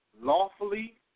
lawfully